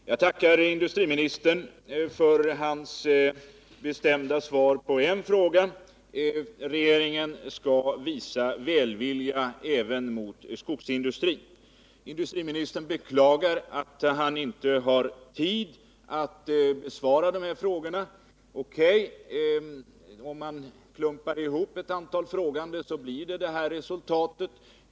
Herr talman! Jag tackar industriministern för hans bestämda svar på en fråga, nämligen att regeringen skall visa välvilja även mot skogsindustrin. Industriministern beklagar att han inte har tid att besvara alla våra frågor. O.K., om man klumpar ihop ett antal frågande får man detta resultat.